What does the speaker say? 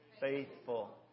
Faithful